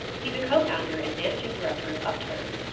he's a co-founder and managing director of upturn,